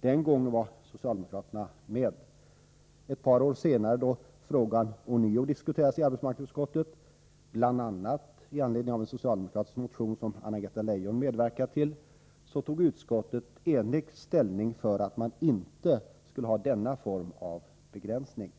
Den gången var socialdemokraterna med. Ett par år senare då frågan ånyo diskuterades i arbetsmarknadsutskottet, bl.a. i anledning av en socialdemokratisk motion som Anna-Greta Leijon medverkat till, så tog utskottet enigt ställning för att man inte skulle ha denna form av begränsning.